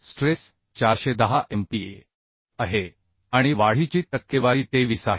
stress 410MPa आहे आणि वाढीची टक्केवारी 23 आहे